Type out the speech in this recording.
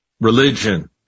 religion